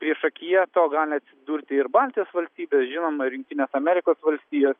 priešakyje to gali atsidurti ir baltijos valstybės žinoma ir jungtinės amerikos valstijos